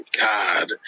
God